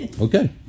Okay